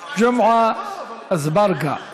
הכנסת ג'מעה אזברגה,